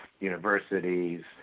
universities